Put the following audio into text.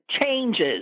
changes